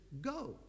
go